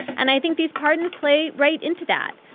and i think these pardons play right into that.